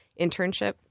internship